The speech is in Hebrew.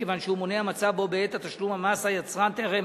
כיוון שהוא מונע מצב שבו בעת תשלום המס היצרן טרם